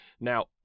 Now